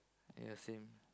ya same